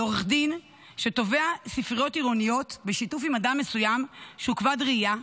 על עורך דין שתובע ספריות עירוניות בשיתוף עם אדם מסוים שהוא כבד ראייה,